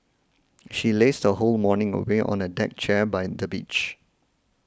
she lazed her whole morning away on a deck chair by the beach